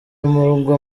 umurwa